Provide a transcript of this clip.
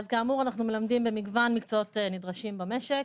כאמור, אנחנו מלמדים במגוון מקצועות נדרשים במשק.